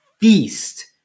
feast